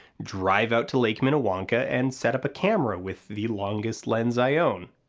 drive out to lake minnewanka, and set up a camera with the longest lens i own.